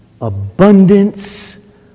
abundance